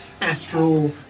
astral